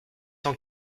cent